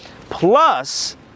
Plus